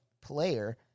player